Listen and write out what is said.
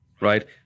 right